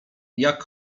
jak